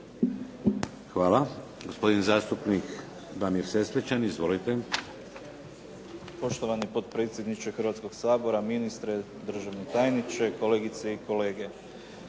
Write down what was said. Hvala. Gospodin zastupnik Damir Sesvečan. Izvolite. **Sesvečan, Damir (HDZ)** Poštovani potpredsjedniče Hrvatskog sabora, ministre, državni tajniče, kolegice i kolege.